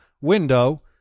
window